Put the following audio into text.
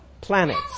planets